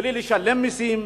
בלי לשלם מסים,